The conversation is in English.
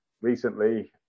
recently